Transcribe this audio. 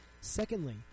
Secondly